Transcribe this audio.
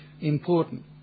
important